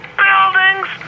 buildings